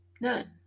none